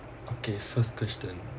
okay first question